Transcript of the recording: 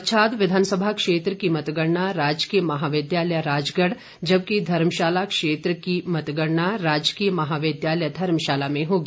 पच्छाद विधानसभा क्षेत्र की मतगणना राजकीय महाविद्यालय राजगढ़ जबकि धर्मशाला क्षेत्र की मतगणना राजकीय महाविद्यालय धर्मशाला में होगी